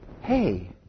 Hey